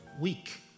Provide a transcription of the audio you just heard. week